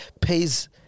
pays